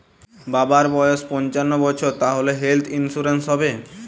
বাবার বয়স পঞ্চান্ন বছর তাহলে হেল্থ ইন্সুরেন্স হবে?